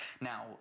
Now